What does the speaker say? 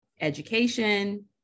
education